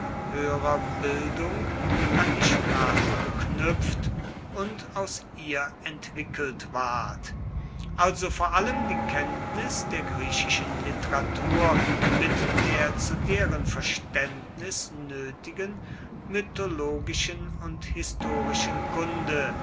höherer bildung an die sprache geknüpft und aus ihr entwickelt ward also vor allem die kenntnis der griechischen literatur mit der zu deren verständnis nötigen mythologischen und historischen kunde